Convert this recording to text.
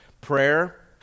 Prayer